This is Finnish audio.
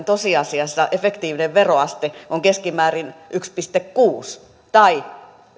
tosiasiassa efektiivinen veroaste on keskimäärin yksi pilkku kuusi tai